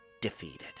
defeated